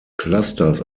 clusters